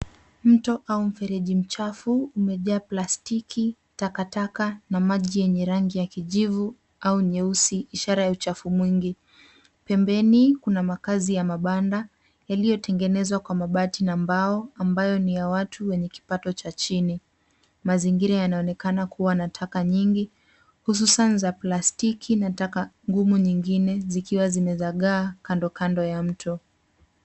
Mto au mfereji mchafu umejaa plastiki, takataka na maji yenye rangi ya kijivu au nyeusi ishara ya uchafu mwingi. Pembeni kuna makazi ya mabanda yaliyotengenezwa kwa mabati na mbao ambayo ni ya watu wenye kipato cha chini. Mazingira yanaonekana kuwa na taka nyingi hususan za plastiki na taka ngumu nyingine zikiwa zimezagaa kandokando ya mto.